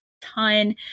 ton